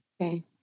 Okay